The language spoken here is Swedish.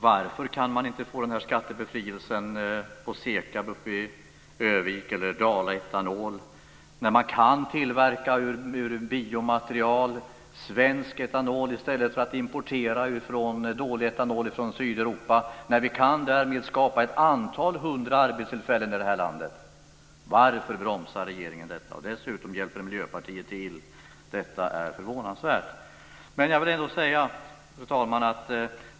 Varför kan inte SEKAB i Örnsköldsvik eller Dala Etanol få skattebefrielse, när man ur biomaterial kan tillverka svensk etanol i stället för att importera dålig etanol från Sydeuropa och därmed kan skapa hundratals nya arbetstillfällen i vårt land? Varför bromsar regeringen detta, dessutom med hjälp från Miljöpartiet? Detta är förvånansvärt. Fru talman!